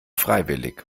freiwillig